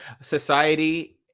society